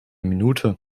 minute